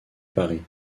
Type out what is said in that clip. paris